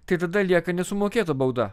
tai tada lieka nesumokėta bauda